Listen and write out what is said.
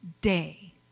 day